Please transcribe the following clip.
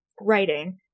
writing